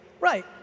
Right